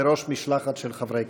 בראש משלחת של חברי כנסת.